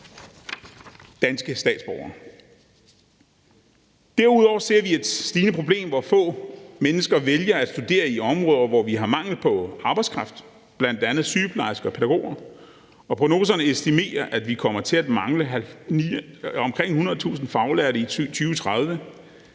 Derudover ser vi et stigende problem, hvor få mennesker vælger at studere på områder, hvor vi har mangel på arbejdskraft, bl.a. sygeplejersker og pædagoger, og prognoserne estimerer, at vi kommer til at mangle omkring 100.000 faglærte i 2030.